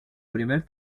primer